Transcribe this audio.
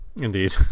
Indeed